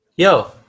Yo